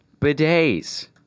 Bidets